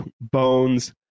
Bones